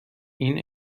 این